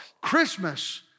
Christmas